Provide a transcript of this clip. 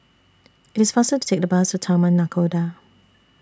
IT IS faster to Take The Bus to Taman Nakhoda